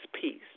peace